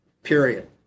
period